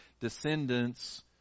descendants